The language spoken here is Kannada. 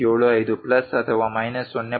75 ಪ್ಲಸ್ ಅಥವಾ ಮೈನಸ್ 0